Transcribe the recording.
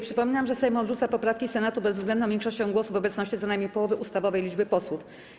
Przypominam, że Sejm odrzuca poprawki Senatu bezwzględną większością głosów w obecności co najmniej połowy ustawowej liczby posłów.